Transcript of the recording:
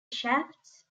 shafts